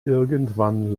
irgendwann